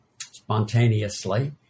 spontaneously